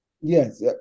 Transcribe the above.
Yes